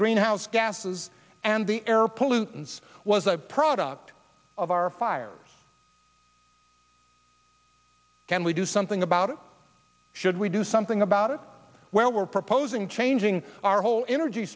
greenhouse gases and the air pollutants was the product of our fires can we do something about it should we do something about it well we're proposing changing our whole energy